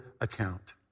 account